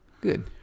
Good